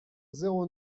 zéro